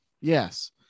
Yes